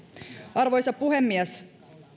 arvoisa puhemies